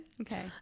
okay